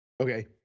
Okay